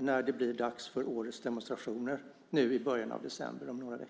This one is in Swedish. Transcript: när det blir dags för årets demonstrationer om några veckor i början av december.